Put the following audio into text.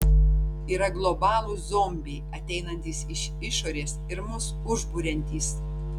yra globalūs zombiai ateinantys iš išorės ir mus užburiantys